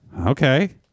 okay